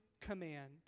command